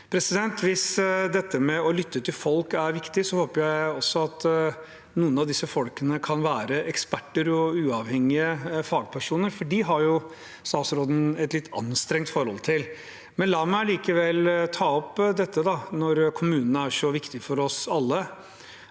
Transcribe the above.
også. Hvis dette med å lytte til folk er viktig, håper jeg at noen av disse folkene kan være eksperter og uavhengige fagpersoner, for dem har jo statsråden et litt anstrengt forhold til. Men når kommunene er så viktige for oss alle,